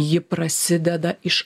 ji prasideda iš